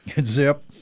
zip